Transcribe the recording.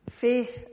Faith